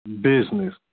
business